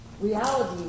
Reality